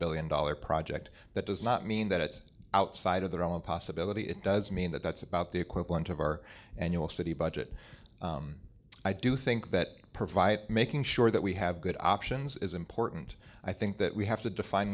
billion dollar project that does not mean that it's outside of the realm of possibility it does mean that that's about the equivalent of our annual city budget i do think that provides making sure that we have good options is important i think that we have to define